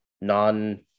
non